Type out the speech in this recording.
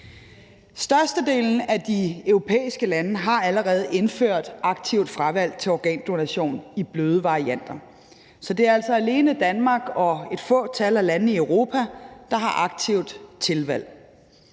Størstedelen af de europæiske lande har allerede indført aktivt fravalg af organdonation i den bløde variant. Så det er altså alene Danmark og et fåtal af landene i Europa, der har aktivt tilvalg.